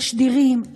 תשדירים,